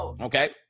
Okay